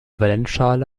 valenzschale